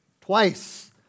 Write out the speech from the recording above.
twice